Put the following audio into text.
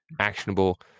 actionable